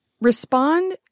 respond